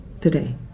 today